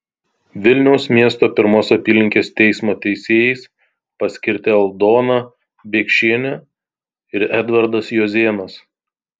vilniaus miesto pirmos apylinkės teismo teisėjais paskirti aldona biekšienė ir edvardas juozėnas